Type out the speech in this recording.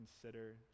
consider